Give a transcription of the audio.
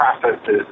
processes